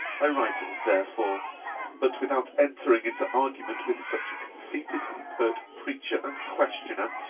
i write therefore but, without entering into argument with such a conceited and pert preacher and questioner,